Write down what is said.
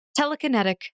telekinetic